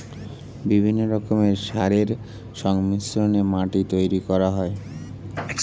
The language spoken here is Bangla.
বিভিন্ন রকমের সারের সংমিশ্রণে মাটি তৈরি করা হয়